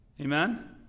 Amen